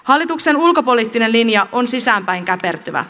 hallituksen ulkopoliittinen linja on sisäänpäin käpertyvä